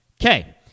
Okay